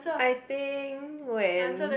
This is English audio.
I think when